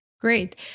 Great